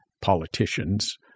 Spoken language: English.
politicians